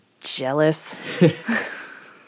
jealous